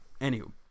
Anywho